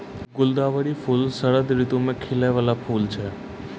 गुलदावरी फूल शरद ऋतु मे खिलै बाला फूल छै